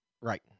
Right